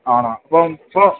ആണോ ഇപ്പ സ